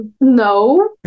No